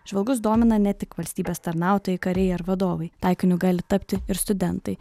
žvalgus domina ne tik valstybės tarnautojai kariai ar vadovai taikiniu gali tapti ir studentai